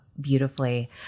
beautifully